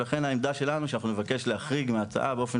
ולכן העמדה שלנו היא שאנחנו נבקש להחריג מההצעה באופן